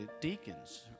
deacons